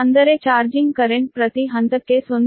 ಅಂದರೆ ನಾನು charging current ಪ್ರತಿ ಹಂತಕ್ಕೆ 0